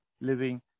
living